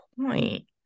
point